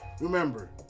Remember